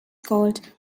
called